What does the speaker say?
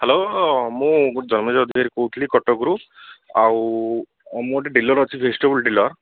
hello ମୁଁ ଗୋଟେ ଜମିର ଅଧିକାରୀ କହୁଥିଲି କଟକରୁ ଆଉ ମୁଁ ଗୋଟେ ଡିଲର ଅଛି ଭେଜିଟେବୁଲ୍ ଡିଲର